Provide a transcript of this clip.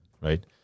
right